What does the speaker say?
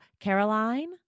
Caroline